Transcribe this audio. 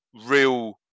real